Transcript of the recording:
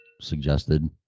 suggested